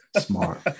smart